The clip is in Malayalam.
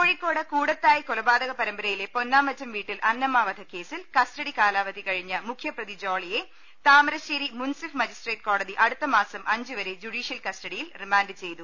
കോഴിക്കോട് കൂടത്തായി കൊലപാതക പരമ്പരയിലെ പൊന്നാ മറ്റം വീട്ടിൽ അന്നമ്മ വധക്കേസ്വിൽ കസ്റ്റഡി കാലാവധി കഴിഞ്ഞ മുഖ്യപ്രതി ജോളിയെ താമരശ്ശേരി മുൻസിഫ് മജിസ്ട്രേറ്റ് കോടതി അടുത്ത മാസം അഞ്ചുവരെ ജൂഡീഷ്യൽ കസ്റ്റഡിയിൽ റിമാന്റ് ചെയ്തു